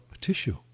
tissue